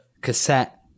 cassette